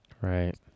Right